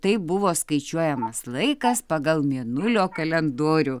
taip buvo skaičiuojamas laikas pagal mėnulio kalendorių